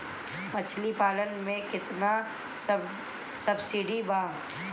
मछली पालन मे केतना सबसिडी बा?